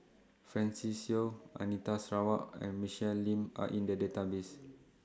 Francis Seow Anita Sarawak and Michelle Lim Are in The Database